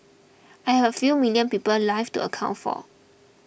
I have a few million people's lives to account for